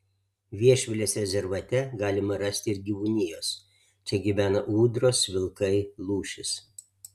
viešvilės rezervate galima rasti ir gyvūnijos čia gyvena ūdros vilkai lūšys